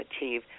achieve